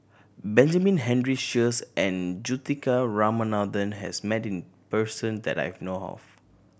Benjamin Henry Sheares and Juthika Ramanathan has met person that I know of